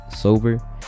Sober